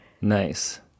Nice